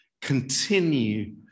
continue